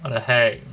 what the heck